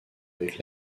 avec